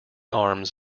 arms